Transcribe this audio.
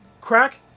crack